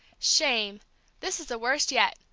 shame this is the worst yet!